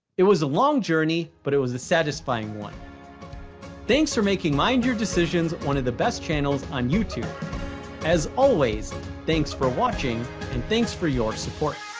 it was a long journey, but it was a satisfying one thanks for making mind your decisions one of the best channels on youtube as always thanks for watching and thanks for your support